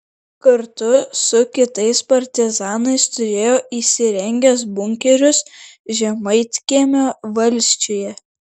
kartu su kitais partizanais turėjo įsirengęs bunkerius žemaitkiemio valsčiuje